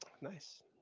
Nice